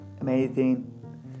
amazing